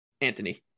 Anthony